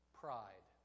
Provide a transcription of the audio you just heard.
pride